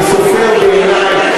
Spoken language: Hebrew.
אני סופר בעיני.